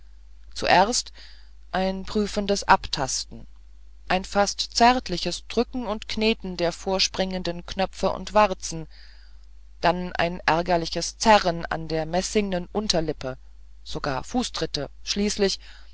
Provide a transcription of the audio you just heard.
zuerst ein prüfendes abtasten ein fast zärtliches drücken und kneten der vorspringenden knöpfe und warzen dann ein ärgerliches zerren an der messingnen unterlippe sogar fußtritte schließlich